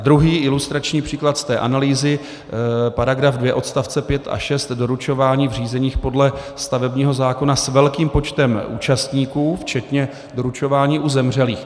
Druhý ilustrační příklad z analýzy § 2 odst. 5 a 6 doručování v řízeních podle stavebního zákona s velkým počtem účastníků včetně doručování u zemřelých.